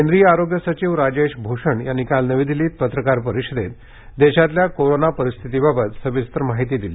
केंद्रीय आरोग्य सचिव राजेश भूषण यांनी आज नवी दिल्लीत पत्रकार परिषदेत देशातल्या कोरोना परिस्थितीबाबत सविस्तर माहिती दिली